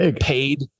paid